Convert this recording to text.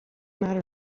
matter